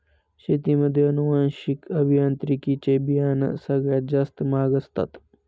शेतीमध्ये अनुवांशिक अभियांत्रिकी चे बियाणं सगळ्यात जास्त महाग असतात